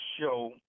show